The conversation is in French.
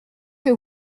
que